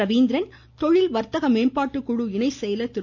ரவீந்திரன் தொழில் வர்த்தக மேம்பாட்டுக்குழு இணைசெயலர் திரு